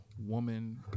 woman